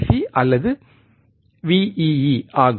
C அல்லது V ஆகும்